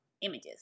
images